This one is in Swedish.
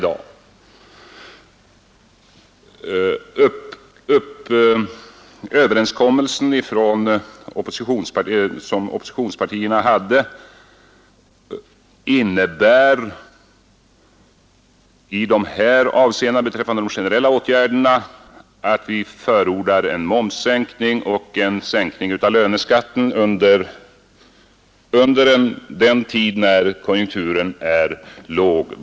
Den överenskommelse som oppositionspartierna träffade innebär beträffande de generella åtgärderna att vi förordar en momssänkning och en sänkning av löneskatten under den tid när konjunkturen är låg.